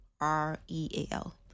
r-e-a-l